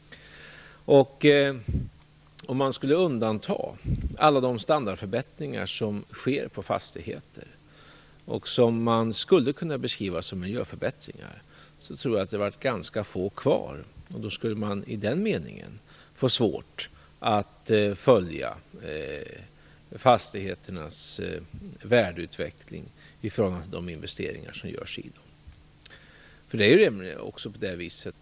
Om man skulle undanta alla de standardförbättringar som görs på fastigheter och som man skulle kunna beskriva som miljöförbättringar, tror jag att det skulle vara ganska få kvar. Då skulle man i den meningen få svårt att följa fastigheternas värdeutveckling i förhållande till de investeringar som görs.